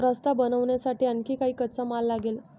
रस्ता बनवण्यासाठी आणखी काही कच्चा माल लागेल